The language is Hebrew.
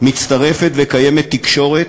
מצטרפת וקיימת תקשורת,